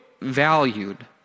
valued